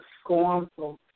scornful